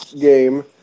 game